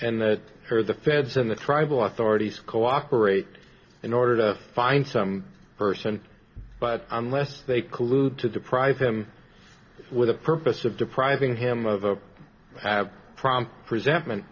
and that heard the feds in the tribal authorities cooperate in order to find some person but unless they collude to deprive him with the purpose of depriving him of a have prompt presentment